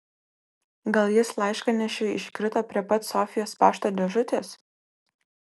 gal jis laiškanešiui iškrito prie pat sofijos pašto dėžutės